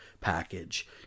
package